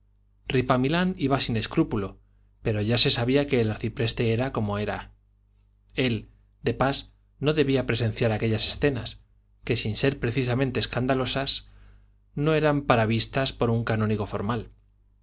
veces ripamilán iba sin escrúpulo pero ya se sabía que el arcipreste era como era él de pas no debía presenciar aquellas escenas que sin ser precisamente escandalosas no eran para vistas por un canónigo formal